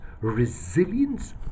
resilience